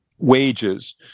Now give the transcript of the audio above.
Wages